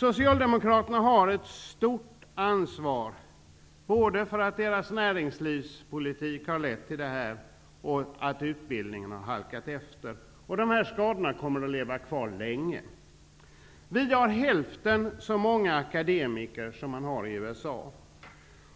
Socialdemokraterna har ett stort ansvar både för att deras näringspolitik har lett till detta och för att utbildningen har halkat efter. Dessa skador kommer att leva kvar länge. Vi har hälften så många akademiker som man har i USA